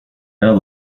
now